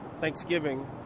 Thanksgiving